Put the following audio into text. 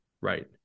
right